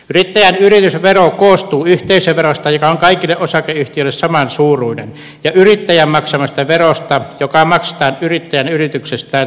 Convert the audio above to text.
yrittäjän yritysvero koostuu yhteisöverosta joka on kaikille osakeyhtiöille samansuuruinen ja yrittäjän maksamasta verosta joka maksetaan yrittäjän yrityksestään saamasta tulosta